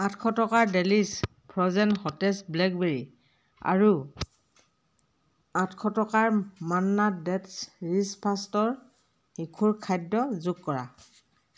আঠশ টকাৰ Delish frozen সতেজ ব্লেকবেৰী আৰু আঠশ টকাৰ মান্না ডে'টছ্ ৰিচ ফাৰ্ষ্টৰ শিশুৰ খাদ্য যোগ কৰা